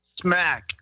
smack